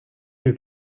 you